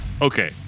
okay